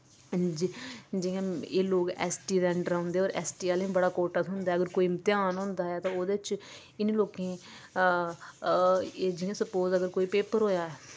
अंजी जि'यां एह् लोक ऐस्स टी दे अंडर औंदे ते ऐस्स टी आह्लें गी बड़ा कोटा थ्होंदा ऐ अगर कोई इमतेहान होंदा ऐ ते ओह्दे च इ'नें लोकें गी अ अ सपोज जि'यां कोई पेपर होए आ